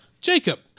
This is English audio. jacob